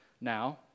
now